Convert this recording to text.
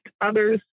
others